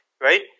right